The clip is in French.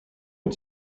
une